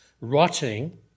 rotting